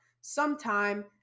sometime